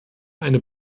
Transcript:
eine